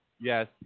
Yes